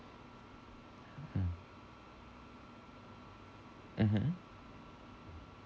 mm mmhmm